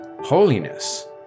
holiness